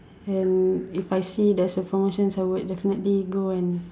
and if I see there's a promotion somewhere I would definitely go and